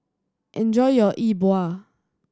enjoy your E Bua